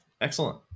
excellent